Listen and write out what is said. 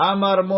Amar